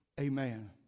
Amen